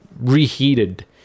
reheated